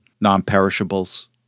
non-perishables